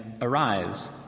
arise